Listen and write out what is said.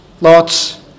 Lot's